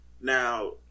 Now